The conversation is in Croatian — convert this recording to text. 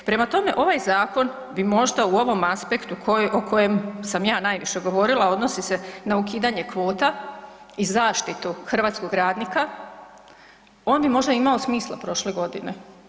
Prema tome, ovaj zakon bi možda u ovom aspektu o kojem sam ja najviše govorila odnosi se na ukidanje kvota i zaštitu hrvatskog radnika, on bi možda imao smisla prošle godine?